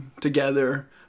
together